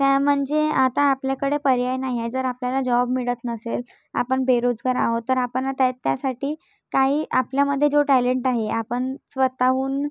त्या म्हणजे आता आपल्याकडे पर्याय नाही आहे जर आपल्याला जॉब मिळत नसेल आपण बेरोजगार आहोत तर आपण त्या त्यासाठी काही आपल्यामध्ये जो टॅलेंट आहे आपण स्वतःहून